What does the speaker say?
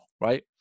right